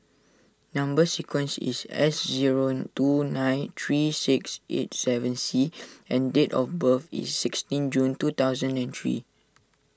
Number Sequence is S zero two nine three six eight seven C and date of birth is sixteen June two thousand and three